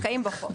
מושקעים בחוק.